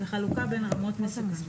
וחלוקה בין רמות מסוכנות,